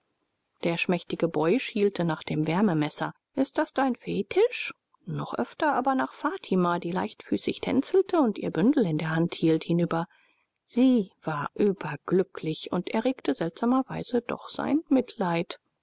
der schmächtige boy schielte nach dem wärmemesser ist das dein fetisch noch öfter aber nach fatima die leichtfüßig tänzelte und ihr bündel in der hand hielt hinüber sie war überglücklich und erregte seltsamerweise doch sein mitleid